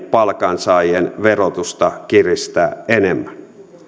palkansaajien verotusta kiristää enemmän